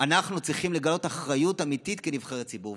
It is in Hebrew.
אנחנו צריכים לגלות אחריות אמיתית כנבחרי ציבור.